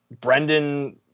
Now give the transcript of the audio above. Brendan